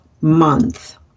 month